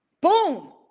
Boom